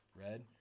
red